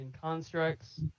Constructs